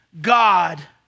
God